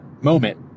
moment